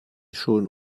schon